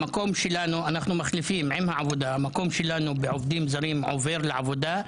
המקום שלנו בוועדת עובדים זרים עובר לוועדת העבודה,